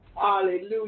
Hallelujah